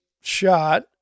shot